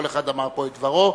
כל אחד אמר פה את דברו,